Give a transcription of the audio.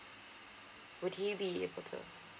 would he be able to